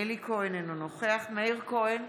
אלי כהן, אינו נוכח מאיר כהן,